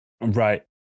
Right